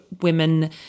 women